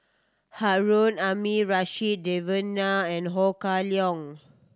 Harun Aminurrashid Devan Nair and Ho Kah Leong